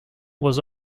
was